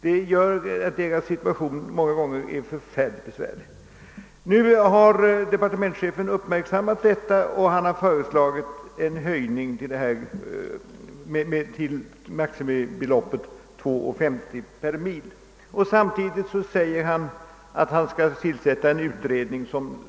Det gör att deras situation många gånger är synnerligen besvärlig. Departementschefen har uppmärksammat detta och föreslagit att den generella maximigränsen för statsbidrag fr.o.m. år 1968 höjs från 2 kronor till 2 kronor 50 öre per vagnmil bidragsgrundande trafikarbete. Samtidigt uttalar departementschefen att han skall tillsätta en utredning